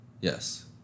Yes